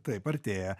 taip artėja